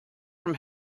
from